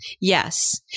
Yes